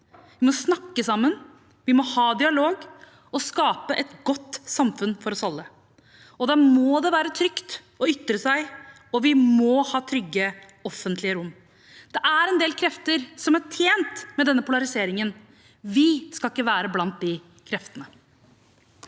Vi må snakke sammen, vi må ha dialog og skape et godt samfunn for oss alle. Da må det være trygt å ytre seg, og vi må ha trygge offentlige rom. Det er en del krefter som er tjent med denne polariseringen. Vi skal ikke være blant de kreftene.